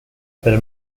pero